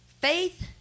faith